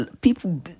people